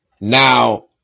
Now